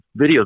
videos